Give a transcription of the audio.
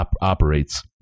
operates